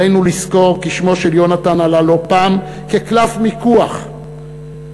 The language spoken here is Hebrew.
עלינו לזכור כי שמו של יהונתן עלה לא פעם כקלף מיקוח ששומרת